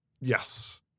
yes